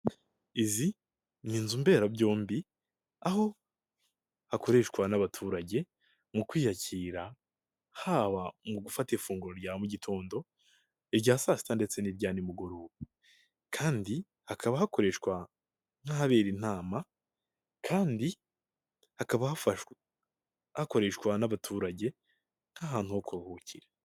Izi ni inzu mberabyombi aho hakoreshwa n'abaturage mu kwiyakira haba mu gufata ifunguro rya mu gitondo, irya saa sita ndetse n'irya nimugoroba kandi hakaba hakoreshwa nk'ahabera inama kandi hakaba hafashwe hakoreshwa n'abaturage nk'ahantu ho kuruhukira.